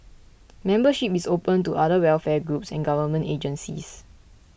membership is open to other welfare groups and government agencies